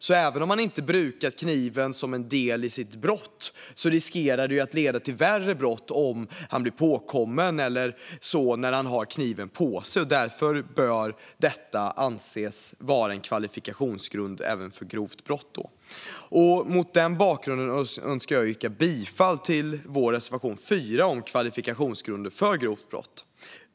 Även om inbrottstjuven inte brukat kniven som en del i sitt brott riskerar det att leda till värre brott om han blir påkommen när han har kniven på sig, och därför bör detta anses vara en kvalifikationsgrund även för grovt brott. Mot den bakgrunden önskar jag yrka bifall till vår reservation 4 om kvalifikationsgrunder för grovt brott.